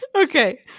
Okay